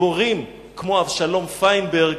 גיבורים כמו אבשלום פיינברג,